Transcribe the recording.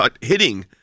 hitting